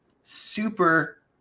super